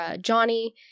Johnny